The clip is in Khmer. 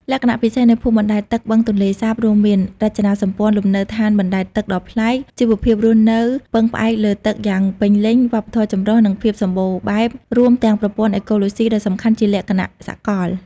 លក្ខណៈពិសេសនៃភូមិបណ្តែតទឹកបឹងទន្លេសាបរួមមាន រចនាសម្ព័ន្ធលំនៅឋានបណ្ដែតទឹកដ៏ប្លែក ជីវភាពរស់នៅពឹងផ្អែកលើទឹកយ៉ាងពេញលេញ វប្បធម៌ចម្រុះ និងភាពសម្បូរបែប រួមទាំងប្រព័ន្ធអេកូឡូស៊ីដ៏សំខាន់ជាលក្ខណៈសកល។